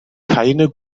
keine